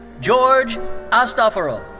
george astafurov.